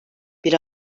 bir